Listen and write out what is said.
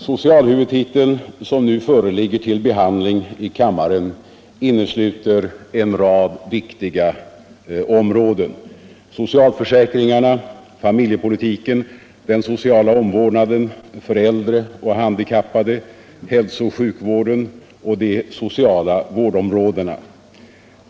so och sjukvården och de sociala vårdområdena.